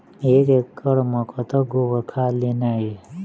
एक एकड़ म कतक गोबर खाद देना ये?